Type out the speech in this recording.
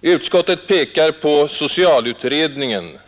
Utskottet pekar på socialutredningen.